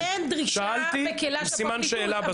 אין דרישה מקלה, השאלה לא נכונה